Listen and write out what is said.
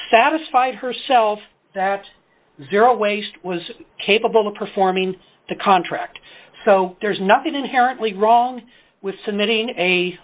satisfied herself that zero waste was capable of performing the contract so there's nothing inherently wrong with submitting a